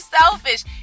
selfish